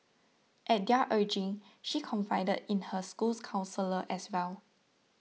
at their urging she confided in her school's counsellor as well